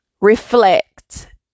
reflect